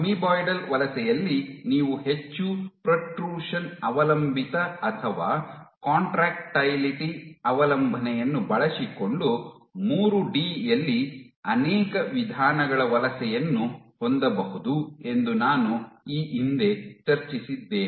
amoeboidal ವಲಸೆಯಲ್ಲಿ ನೀವು ಹೆಚ್ಚು ಪ್ರೊಟ್ರೂಷನ್ ಅವಲಂಬಿತ ಅಥವಾ ಕಾಂಟ್ರಾಕ್ಟಿಲಿಟಿ ಅವಲಂಬನೆಯನ್ನು ಬಳಸಿಕೊಂಡು ಮೂರು ಡಿ ಯಲ್ಲಿ ಅನೇಕ ವಿಧಾನಗಳ ವಲಸೆಯನ್ನು ಹೊಂದಬಹುದು ಎಂದು ನಾನು ಈ ಹಿಂದೆ ಚರ್ಚಿಸಿದ್ದೇನೆ